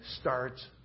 starts